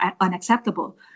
unacceptable